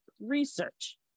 research